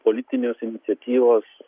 politinės iniciatyvos